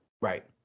Right